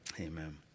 Amen